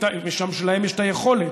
משום שלהם יש היכולת,